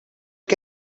que